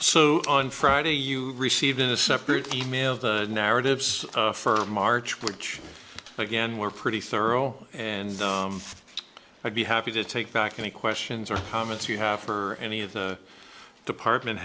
so on friday you receive in a separate e mail the narratives firm march which again were pretty thorough and i'd be happy to take back any questions or comments you have for any of the department